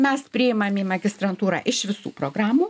mes priimam į magistrantūrą iš visų programų